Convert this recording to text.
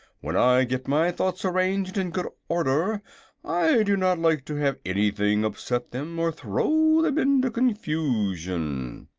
when i get my thoughts arranged in good order i do not like to have anything upset them or throw them into confusion.